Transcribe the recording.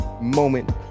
moment